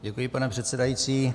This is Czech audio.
Děkuji, pane předsedající.